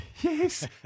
Yes